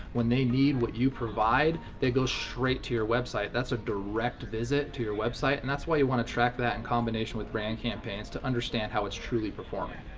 when they need what you provide, they go straight to your website. that's a direct visit to your website, and that's why you wanna track that in combination with brand campaigns, to understand how its truly performing.